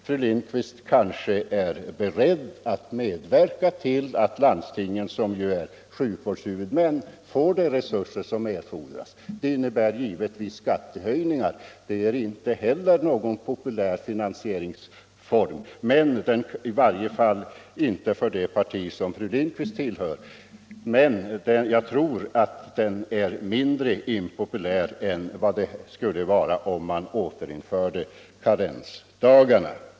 Fru Lindquist kanske är beredd att medverka till att landstingen, som ju är sjukvårdshuvudmän, får de — Rätt till sjukpenning resurser som erfordras. Det innebär givetvis skattehöjningar, och det är — m.m. inte heller någon populär finansieringsform — i varje fall inte i det parti fru Lindquist tillhör — men jag tror att den är mindre impopulär än återinförande av karensdagarna.